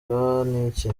n’iki